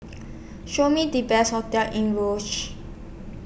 Show Me The Best hotels in Roseau